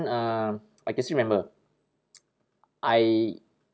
um I can still remember I